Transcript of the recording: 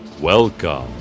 Welcome